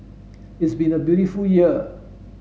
it's been a beautiful year